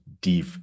deep